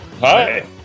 Hi